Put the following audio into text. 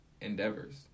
endeavors